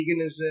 veganism